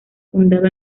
fundado